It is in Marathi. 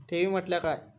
ठेवी म्हटल्या काय?